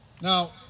Now